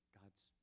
god's